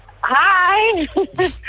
Hi